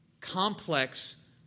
complex